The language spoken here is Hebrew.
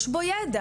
יש בו יידע,